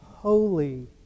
holy